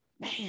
man